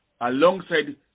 alongside